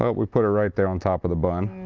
but we put it right there on top of the bun,